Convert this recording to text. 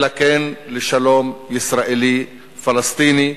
אלא כן לשלום ישראלי-פלסטיני.